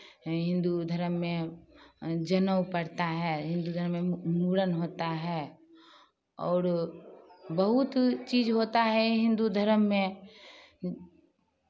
हिन्दू धर्म में जनेऊ पड़ता है हिन्दू धर्म में मुड़न होता है और बहुत चीज़ होता है हिन्दू धर्म में